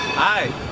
hi.